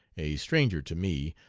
a stranger to me,